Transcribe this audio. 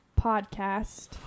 podcast